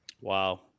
wow